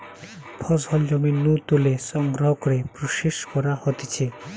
ফসল জমি নু তুলে সংগ্রহ করে প্রসেস করা হতিছে